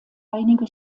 einige